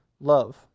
love